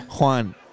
Juan